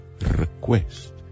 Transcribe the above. request